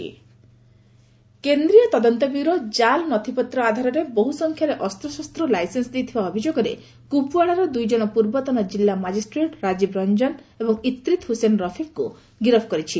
CBI arrest କେନ୍ଦ୍ରୀୟ ତଦନ୍ତ bureau କାଲ୍ ନଥିପତ୍ର ଆଧାରରେ ବହୁ ସଂଖ୍ୟାରେ ଅସ୍ତଶସ୍ତ ଲାଇସେନ୍ସ ଦେଇଥିବା ଅଭିଯୋଗରେ କୁପ୍ୱାଡ଼ାର ଦୁଇ ଜଣ ପୂର୍ବତନ ଜିଲ୍ଲା ମାଜିଷ୍ଟ୍ରେଟ୍ ରାଜୀବ୍ ରଞ୍ଜନ ଏବଂ ଇତ୍ରିତ୍ ହୁସେନ ରଫିକ୍ଙ୍କୁ ଗିରଫ କରିଛି